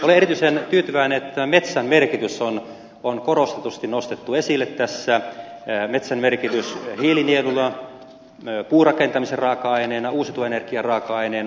olen erityisen tyytyväinen että metsän merkitys on korostetusti nostettu esille tässä metsän merkitys hiilinieluna puurakentamisen raaka aineena uusiutuvan energian raaka aineena